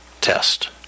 test